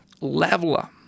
leveler